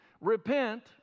Repent